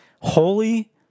Holy